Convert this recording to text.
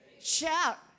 Shout